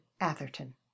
Atherton